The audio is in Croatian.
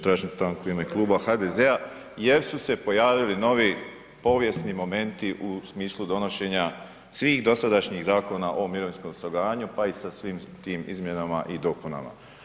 Tražim stanku u ime Kluba HDZ-a jer su se pojavili novi povijesni momenti u smislu donošenja svih dosadašnjih zakona o mirovinskom osiguranju pa i sa svim tim izmjenama i dopunama.